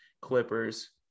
Clippers